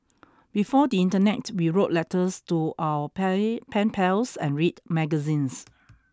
before the internet we wrote letters to our pay pen pals and read magazines